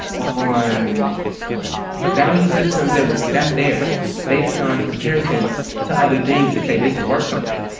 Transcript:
on value systems that were that there's based on comparisons to other things to say this is worth something.